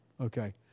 Okay